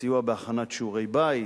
סיוע בהכנת שיעורי בית,